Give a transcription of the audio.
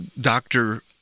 doctor